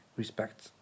respect